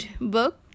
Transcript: book